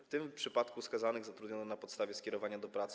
W tym przypadku skazanych zatrudniono na podstawie skierowania do pracy.